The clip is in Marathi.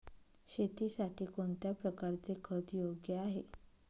शेतीसाठी कोणत्या प्रकारचे खत योग्य आहे?